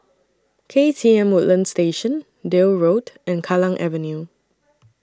K T M Woodlands Station Deal Road and Kallang Avenue